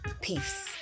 Peace